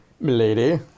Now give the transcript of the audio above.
Lady